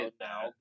now